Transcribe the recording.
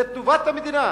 זה טובת המדינה,